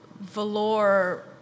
velour